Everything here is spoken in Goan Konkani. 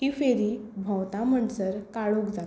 ही फेरी भोंवता म्हणसर काळोख जाता